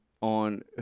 on